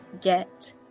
Get